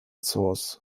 zoos